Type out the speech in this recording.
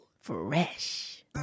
Fresh